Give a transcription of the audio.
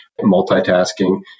multitasking